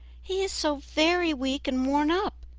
he is so very weak and worn up.